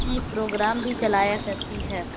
programme بھی چلایا کرتی ہے